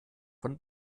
von